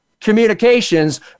communications